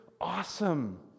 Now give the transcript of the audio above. awesome